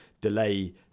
delay